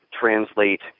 translate